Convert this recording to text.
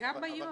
גם היום.